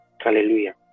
Hallelujah